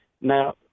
Now